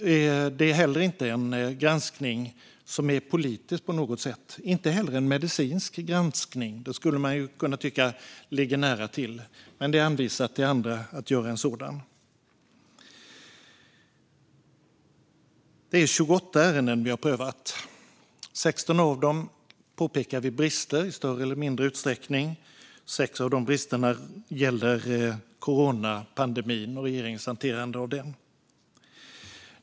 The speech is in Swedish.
Det är inte en granskning som är politisk på något sätt. Det är inte heller en medicinsk granskning - man skulle ha kunnat tycka att detta skulle ligga nära till, men det är anvisat till andra att göra en sådan. Det är 28 ärenden vi har prövat. I 16 av dem påpekar vi brister i större eller mindre utsträckning. 6 av de bristerna gäller coronapandemin och regeringens hanterande av den.